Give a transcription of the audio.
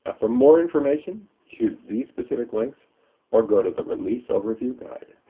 ah for more information, use these specific links or go to the release overview guide.